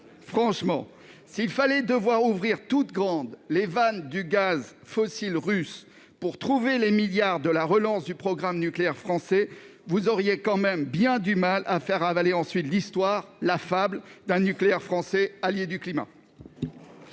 franchement, s'il fallait ouvrir toutes grandes les vannes du gaz fossile russe pour trouver les milliards de la relance du programme nucléaire français, vous auriez quand même bien du mal à faire avaler ensuite l'histoire- la fable - d'un nucléaire français allié du climat